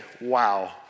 wow